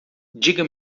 diga